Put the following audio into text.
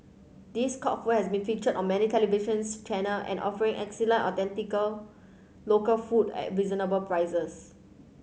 this court food has been featured on many televisions channel and offering excellent authentic local food at reasonable prices